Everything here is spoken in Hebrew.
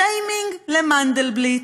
שיימינג למנדלבליט.